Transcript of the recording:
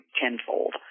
tenfold